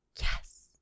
Yes